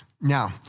Now